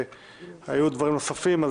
והיו דברים נוספים,